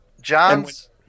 John's